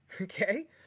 Okay